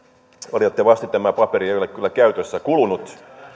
valitettavasti tämä paperi ei ole kyllä käytössä kulunut